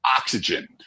oxygen